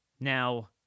Now